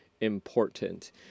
important